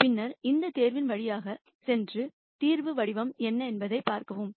பின்னர் இந்த தீர்வின் வழியாக சென்று தீர்வு வடிவம் என்ன என்பதைப் பார்க்கவும்